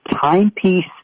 timepiece